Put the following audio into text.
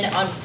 on